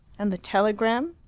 and the telegram?